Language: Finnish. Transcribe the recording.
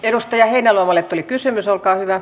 edustaja heinäluomalle tuli kysymys olkaa hyvä